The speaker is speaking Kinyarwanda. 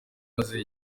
maze